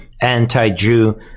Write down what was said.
anti-Jew